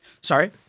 sorry